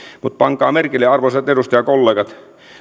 mutta pankaa merkille arvoisat edustajakollegat